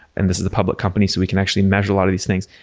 and this is a public company. so we can actually measure a lot of these things.